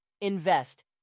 invest